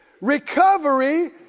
recovery